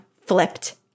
flipped